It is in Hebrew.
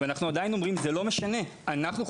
אבל עדיין אנחנו אומרים שזה לא משנה לדעתנו,